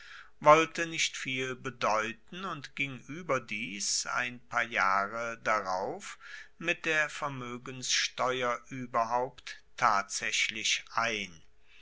wollte nicht viel bedeuten und ging ueberdies ein paar jahre darauf mit der vermoegenssteuer ueberhaupt tatsaechlich ein